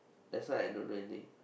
that's why I don't really think